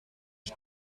die